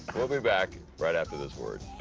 we'll be back right after this word.